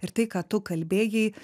ir tai ką tu kalbėjai